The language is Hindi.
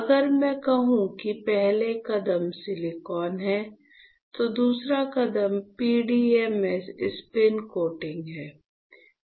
अगर मैं कहूं कि पहला कदम सिलिकॉन है तो दूसरा कदम PDMS स्पिन कोटिंग है